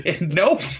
Nope